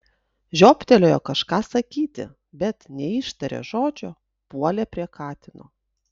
žiobtelėjo kažką sakyti bet neištarė žodžio puolė prie katino